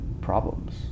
problems